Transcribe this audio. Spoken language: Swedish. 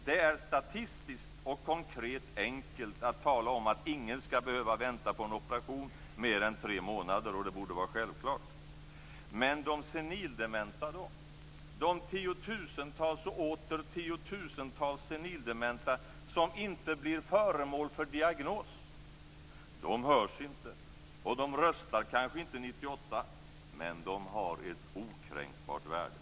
Det är statistiskt och konkret enkelt att tala om att ingen skall behöva vänta på en operation mer än tre månader. Det borde vara självklart. Men hur skall det gå med de senildementa då, de tiotusentals och åter tiotusentals senildementa som inte blir föremål för diagnos? De hörs inte och de röstar kanske inte 1998, men de har ett okränkbart värde.